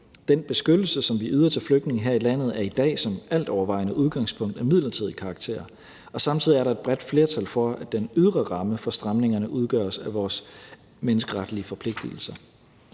Den beskyttelse, som vi yder til flygtninge her i landet, er i dag som alt overvejende udgangspunkt af midlertidig karakter. Samtidig er der et bredt flertal for, at den ydre ramme for stramningerne udgøres af vores menneskeretlige forpligtelser.